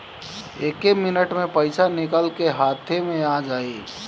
एक्के मिनट मे पईसा निकल के हाथे मे आ जाई